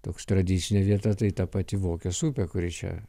toks tradicinė vieta tai ta pati vokės upė kuri čia